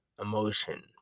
emotion